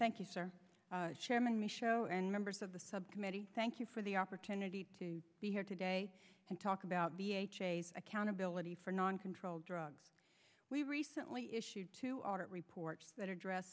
thank you sir chairman michaud and members of the subcommittee thank you for the opportunity to be here today and talk about accountability for non control drugs we recently issued to audit report that address